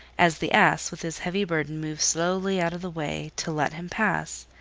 as the ass with his heavy burden moved slowly out of the way to let him pass,